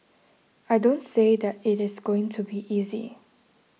I don't say that it is going to be easy